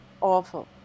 awful